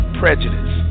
prejudice